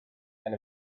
and